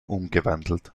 umgewandelt